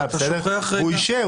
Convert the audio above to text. אתל אתה שוכח --- הוא אישר,